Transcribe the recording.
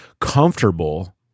comfortable